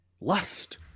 Lust